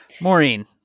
Maureen